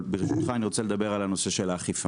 ברשותך, אני רוצה לדבר על הנושא של האכיפה.